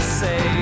say